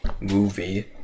movie